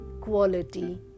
quality